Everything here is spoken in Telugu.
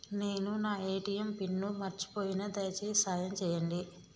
నేను నా ఏ.టీ.ఎం పిన్ను మర్చిపోయిన, దయచేసి సాయం చేయండి